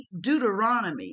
Deuteronomy